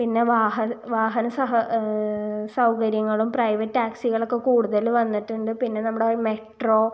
പിന്നെ വാഹന സൗകര്യങ്ങളും പ്രൈവറ്റ് ടാക്സികളൊക്കെ കൂടുതൽ വന്നിട്ടുണ്ട് പിന്നെ നമ്മുടെ മെട്രോ